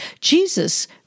Jesus